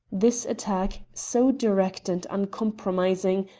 this attack, so direct and uncompromising,